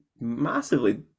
massively